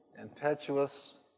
impetuous